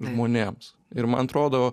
žmonėms ir man atrodo